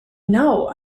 know